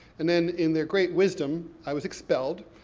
and then in their great wisdom, i was expelled,